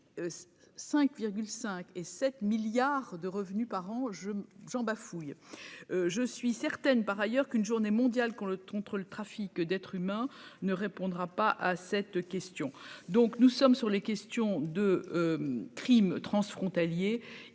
5 5 et 7 milliards de revenus par an je j'en bafouille, je suis certaine par ailleurs qu'une journée mondiale quand le temps entre le trafic d'être s'humains ne répondra pas à cette question, donc, nous sommes sur les questions de crimes transfrontaliers,